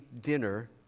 dinner